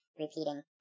repeating